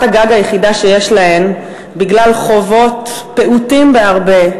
הגג היחידה שיש להן בגלל חובות פעוטים בהרבה,